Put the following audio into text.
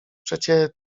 przecie